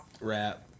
rap